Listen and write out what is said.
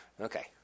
okay